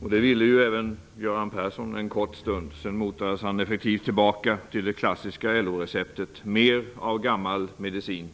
Det ville även Göran Persson en kort stund. Sedan motades han effektivt tillbaka till det klassiska LO-receptet med mer av gammal medicin: